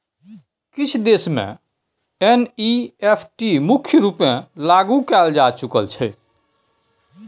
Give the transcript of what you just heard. किछ देश मे एन.इ.एफ.टी मुख्य रुपेँ लागु कएल जा चुकल छै